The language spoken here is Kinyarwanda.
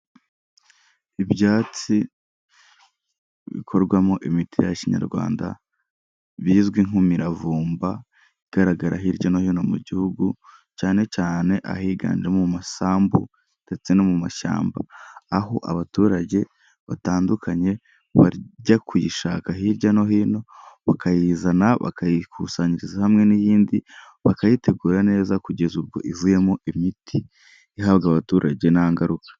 Ibyatsi bikorwamo imiti ya kinyarwanda bizwi nk'imiravumba, igaragara hirya no hino mu gihugu cyane cyane ahiganje mu masambu ndetse no mu mashyamba, aho abaturage batandukanye bajya kuyishaka hirya no hino, bakayizana bakayikusanyiriza hamwe n'iyindi, bakayitegura neza kugeza ubwo ivuyemo imiti ihabwa abaturage nta ngaruka.